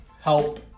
help